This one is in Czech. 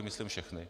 Myslím všechny.